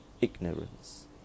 ignorance